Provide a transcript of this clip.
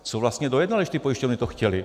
Co vlastně dojednal, když ty pojišťovny to chtěly?